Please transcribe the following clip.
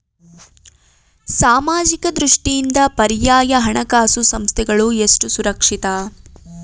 ಸಾಮಾಜಿಕ ದೃಷ್ಟಿಯಿಂದ ಪರ್ಯಾಯ ಹಣಕಾಸು ಸಂಸ್ಥೆಗಳು ಎಷ್ಟು ಸುರಕ್ಷಿತ?